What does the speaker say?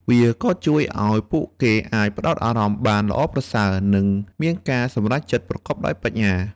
វាក៏ជួយឱ្យពួកគេអាចផ្តោតអារម្មណ៍បានល្អប្រសើរ និងមានការសម្រេចចិត្តប្រកបដោយប្រាជ្ញា។